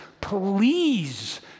Please